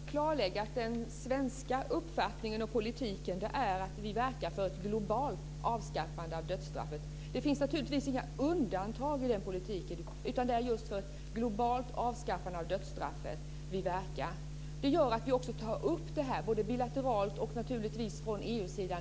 Fru talman! Jag vill bara klarlägga att den svenska uppfattningen och politiken är att vi verkar för ett globalt avskaffande av dödsstraffet. Det finns naturligtvis inga undantag i den politiken. Det är just för ett globalt avskaffande av dödsstraffet vi verkar. Det gör att vi också konstruktivt och konsekvent tar upp detta bilateralt och från EU:s sida